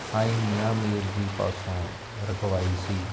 ਸਾਈ ਮੀਆ ਮੀਰ ਜੀ ਪਾਸੋਂ ਰਖਵਾਈ ਸੀ